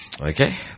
Okay